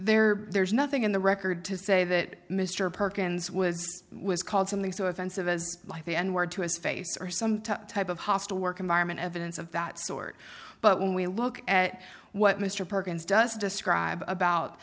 there there's nothing in the record to say that mr perkins was was called something so offensive as life and were to his face or some to type of hostile work environment evidence of that sort but when we look at what mr perkins does describe about